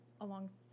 alongside